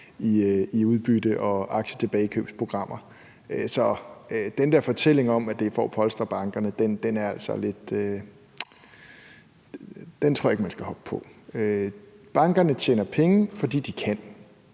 i udbytte og aktietilbagekøbsprogrammer. Så den der fortælling om, at det er for at polstre bankerne, tror jeg ikke man skal hoppe på. Bankerne tjener penge, fordi de kan,